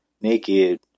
naked